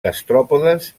gastròpodes